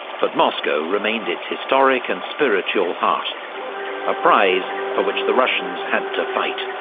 but moscow remained its historic and spiritual heart a prize for which the russians had to fight.